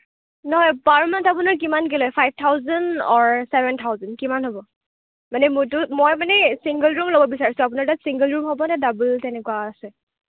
নাই per month আপোনাৰ কিমানকে লয় five thousand or seven thousand কিমান হ'ব মানে মই মোৰতো মই মানে চিংগোল ৰুম ল'ব বিচাৰিছোঁ আপোনাৰ তাত চিংগোল ৰুম হ'ব নে ডাবুল তেনেকুৱা আছে